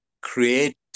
create